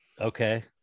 Okay